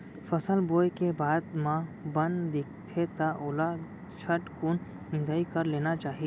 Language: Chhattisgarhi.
फसल बोए के बाद म बन दिखथे त ओला झटकुन निंदाई कर लेना चाही